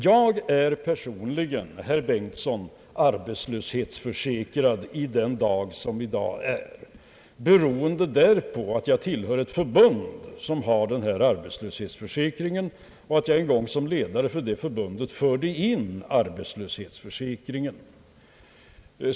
Jag är, herr Bengtson, personligen arbetslöshetsförsäkrad den dag som i dag är, beroende på att jag tillhör ett förbund som har arbetslöshetsförsäkring och att jag en gång som ledare för det förbundet förde in arbetslöshetsförsäkringen.